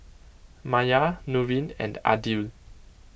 Maya Nurin and Aidil